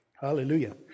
Hallelujah